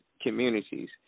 Communities